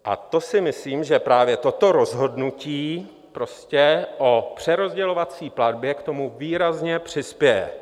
A to si myslím, že právě toto rozhodnutí o přerozdělovací platbě k tomu výrazně přispěje.